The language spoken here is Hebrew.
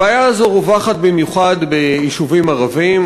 הבעיה הזאת רווחת במיוחד ביישובים ערביים,